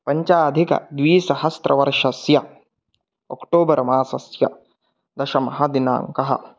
पञ्चाधिकद्विसहस्रतमवर्षस्य अक्टोबर्मासस्य दशमः दिनाङ्कः